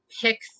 pick